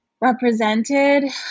represented